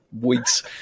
weeks